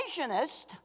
creationist